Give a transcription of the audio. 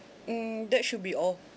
mm that should be all